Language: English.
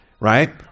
Right